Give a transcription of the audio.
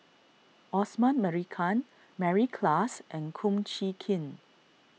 Osman Merican Mary Klass and Kum Chee Kin